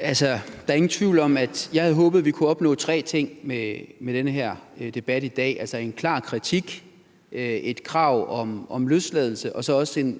der er ingen tvivl om, at jeg havde håbet, at vi kunne opnå tre ting med den her debat i dag: en klar kritik, et krav om løsladelse og så også